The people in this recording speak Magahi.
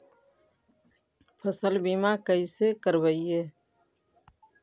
फसल बीमा कैसे करबइ?